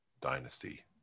Dynasty